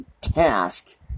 task